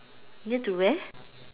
near to where